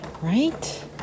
right